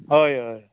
हय हय